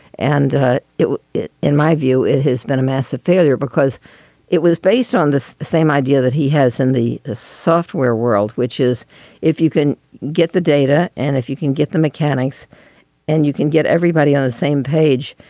and ah in my view, it has been a massive failure because it was based on this same idea that he has in the the software world, which is if you can get the data and if you can get the mechanics and you can get everybody on the same page,